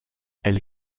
elle